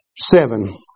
seven